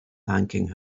thanking